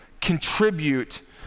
contribute